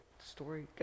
Story